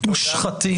מושחתים.